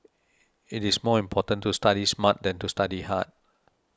it is more important to study smart than to study hard